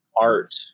art